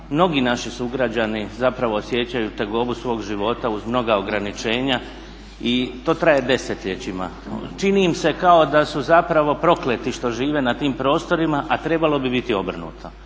mnogi naši sugrađani osjećaju tegobu svog života uz mnoga ograničenja i to traje desetljećima. Čini im se kao da su zapravo prokleti što žive na tim prostorima a trebalo bi biti obrnuto.